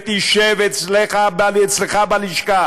תשב אצלך בלשכה,